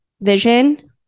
vision